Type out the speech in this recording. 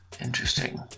Interesting